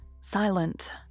silent